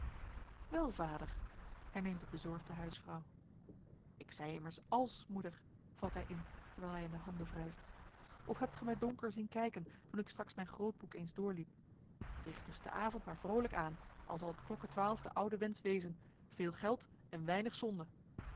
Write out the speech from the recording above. wel vader herneemt de bezorgde huisvrouw ik zei immers als moeder valt hij in terwijl hij in de handen wrijft of hebt ge mij donker zien kijken toen ik straks mijn grootboek eens doorliep rigt dus te avond maar vrolijk aan al zal het klokke twaalf de oude wensch wezen veel geld en weinig zonde